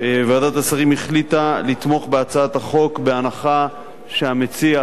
ועדת השרים החליטה לתמוך בהצעת החוק בהנחה שהמציע,